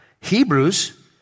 Hebrews